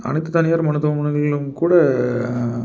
அனைத்து தனியார் மருத்துவமனைகளிலும் கூட